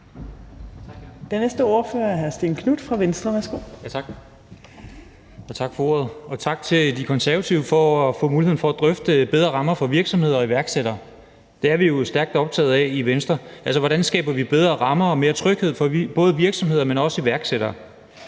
Kl. 19:11 (Ordfører) Stén Knuth (V): Tak for ordet, og tak til De Konservative for muligheden for at drøfte bedre rammer for virksomheder og iværksættere. Det er vi jo stærkt optaget af i Venstre, altså hvordan vi skaber bedre rammer og mere tryghed for både virksomheder og iværksættere.